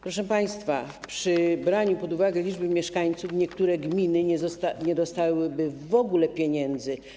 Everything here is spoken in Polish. Proszę państwa, przy braniu pod uwagę liczby mieszkańców niektóre gminy nie dostałyby w ogóle pieniędzy.